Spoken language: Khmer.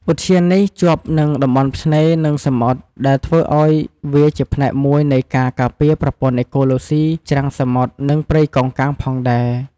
ឧទ្យាននេះជាប់នឹងតំបន់ឆ្នេរនិងសមុទ្រ ដែលធ្វើឱ្យវាជាផ្នែកមួយនៃការការពារប្រព័ន្ធអេកូឡូស៊ីច្រាំងសមុទ្រ និងព្រៃកោងកាងផងដែរ។